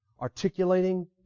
Articulating